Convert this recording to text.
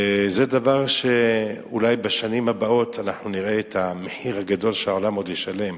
וזה דבר שאולי בשנים הבאות אנחנו נראה את המחיר הגבוה שהעולם עוד ישלם,